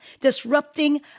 disrupting